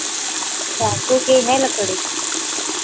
साखू की है लकड़ी